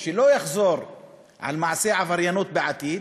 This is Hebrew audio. ושלא יחזור על מעשי עבריינות בעתיד,